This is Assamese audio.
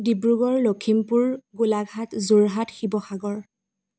ডিব্ৰুগড় লখিমপুৰ গোলাঘাট যোৰহাট শিৱসাগৰ